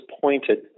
pointed